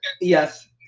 yes